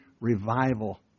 revival